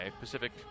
Pacific